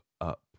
up